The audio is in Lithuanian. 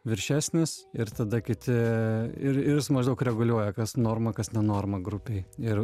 viršesnis ir tada kiti ir ir maždaug reguliuoja kas norma kas ne norma grupei ir